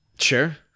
sure